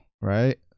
right